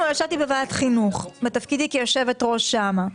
אבל ישבתי בוועדת חינוך בתפקידי כיושבת ראש הוועדה.